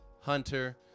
hunter